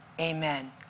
Amen